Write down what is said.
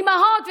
אימהות,